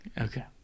Okay